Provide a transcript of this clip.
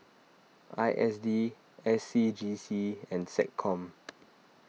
I S D S C G C and SecCom